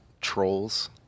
trolls